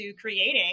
creating